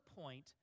point